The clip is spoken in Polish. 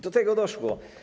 Do tego doszło.